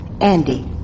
Andy